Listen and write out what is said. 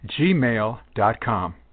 gmail.com